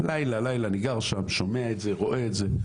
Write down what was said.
אני גר שם, שומע ורואה את זה.